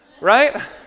right